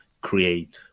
create